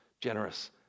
generous